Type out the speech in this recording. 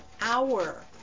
hour